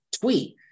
tweet